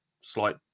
slight